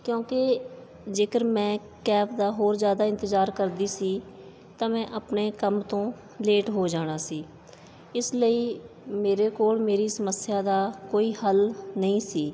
ਕਿਉਂਕਿ ਜੇਕਰ ਮੈਂ ਕੈਬ ਦਾ ਹੋਰ ਜ਼ਿਆਦਾ ਇੰਤਜਾਰ ਕਰਦੀ ਸੀ ਤਾਂ ਮੈਂ ਆਪਣੇ ਕੰਮ ਤੋਂ ਲੇਟ ਹੋ ਜਾਣਾ ਸੀ ਇਸ ਲਈ ਮੇਰੇ ਕੋਲ ਮੇਰੀ ਸਮੱਸਿਆ ਦਾ ਕੋਈ ਹੱਲ ਨਹੀਂ ਸੀ